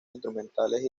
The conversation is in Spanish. instrumentales